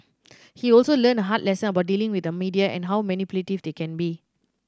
he also learned a hard lesson about dealing with the media and how manipulative they can be